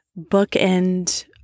bookend